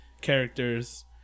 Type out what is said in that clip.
characters